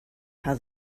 how